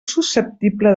susceptible